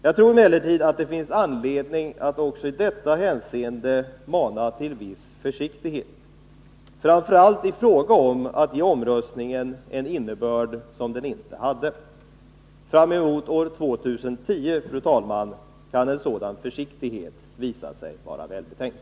Jag tror emellertid att det finns anledning att också i detta hänseende mana till en viss försiktighet, framför allt i fråga om att ge omröstningen en innebörd som den inte hade. Fram emot år 2010, fru talman, kan en sådan försiktighet visa sig välbetänkt.